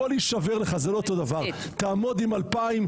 אני לא צריך,